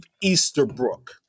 Easterbrook